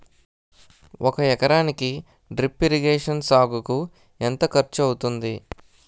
ఒక ఎకరానికి drip irrigation సాగుకు ఎంత ఖర్చు అవుతుంది?